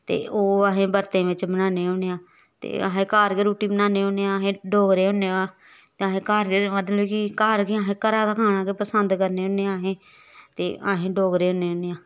ते ओह् असें बरतें बिच्च बनान्ने होन्ने आं ते असें घर गै रुट्टी बनान्ने होन्ने आं असें डोगरे होन्ने आं ते असें घर गै मतलब कि घर गै अस घरा दा खाना गै पसंद करने होन्ने आं असें ते अस डोगरे होन्ने होन्ने आं